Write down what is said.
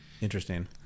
Interesting